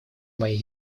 моей